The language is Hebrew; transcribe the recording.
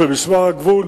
של משמר הגבול,